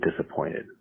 disappointed